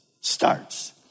starts